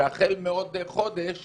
שהחל מעוד חודש